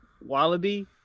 Wallaby